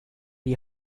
die